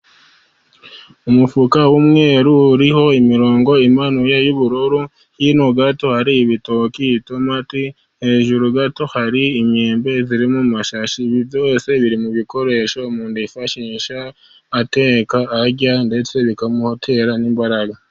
Umufuka w'umweru uriho imirongo imanuye y'ubururu, hino gato hari ibitoki, itomati, hejuru gato hari inyembe iri mu mashashi, ibi byose biri mu bikoresho umuntu yifashisha ateka, arya, ndetse bikamutera n'imbaraga.